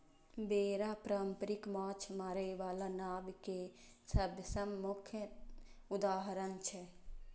बेड़ा पारंपरिक माछ मारै बला नाव के सबसं मुख्य उदाहरण छियै